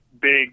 big